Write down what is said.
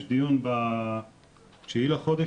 יש דיון ב-9 בחודש,